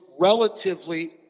relatively